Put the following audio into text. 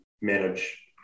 manage